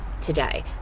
today